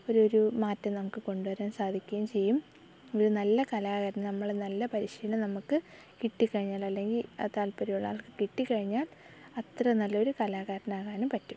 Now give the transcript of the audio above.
ഒരു ഒരു മാറ്റം നമുക്ക് കൊണ്ടുവരാൻ സാധിക്കുകയും ചെയ്യും ഒരു നല്ല കലാകാരൻ നമ്മൾ നല്ല പരിശീലനം നമുക്ക് കിട്ടിക്കഴിഞ്ഞാൽ അല്ലെങ്കിൽ ആ താല്പര്യം ഉള്ള ആൾക്ക് കിട്ടിക്കഴിഞ്ഞാൽ അത്ര നല്ലൊരു കലാകാരനാകാനും പറ്റും